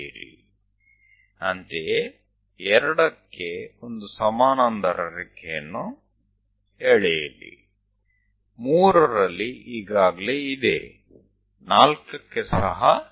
તે જ રીતે 2 માંથી એક સમાંતર લીટી દોરો 3 પાસે ત્યાં પહેલેથી જ છે